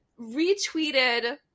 Retweeted